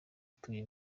atuye